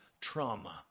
trauma